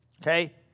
okay